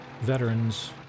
veterans